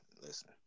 Listen